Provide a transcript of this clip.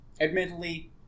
Admittedly